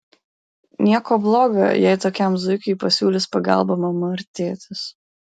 nieko bloga jei tokiam zuikiui pasiūlys pagalbą mama ar tėtis